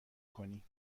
کنی